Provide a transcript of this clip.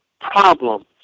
problems